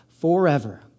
forever